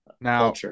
now